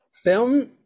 Film